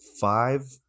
five